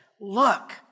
look